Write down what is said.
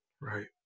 Right